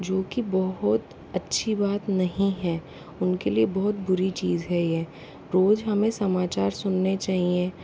जो कि बहुत अच्छी बात नहीं है उनके लिए बहुत बुरी चीज़ है यह रोज हमें समाचार सुनने चाहिए